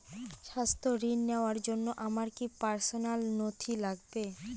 স্বাস্থ্য ঋণ নেওয়ার জন্য আমার কি কি পার্সোনাল নথি লাগবে?